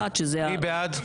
מי בעד?